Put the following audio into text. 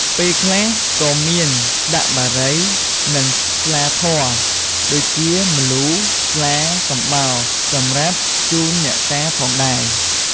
ពេលខ្លះក៏មានដាក់បារី និងស្លាធម៌ ដូចជា ម្លូ ស្លា កំបោរ សម្រាប់ជូនអ្នកតាផងដែរ។